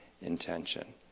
intention